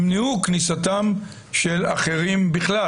ימנעו כניסתם של אחרים בכלל.